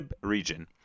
region